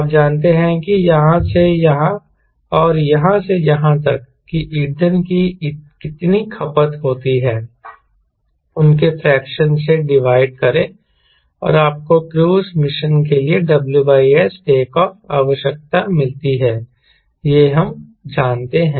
आप जानते हैं कि यहाँ से यहाँ और यहाँ से यहाँ तक कि ईंधन की कितनी खपत होती है उनके फ्रेक्शन से डिवाइड करें और आपको क्रूज़ मिशन के लिए WS टेक ऑफ आवश्यकता मिलती है यह हम जानते हैं